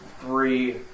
three